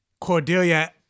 Cordelia